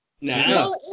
No